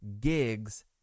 gigs